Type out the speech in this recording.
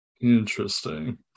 Interesting